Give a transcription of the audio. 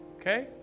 Okay